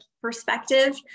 perspective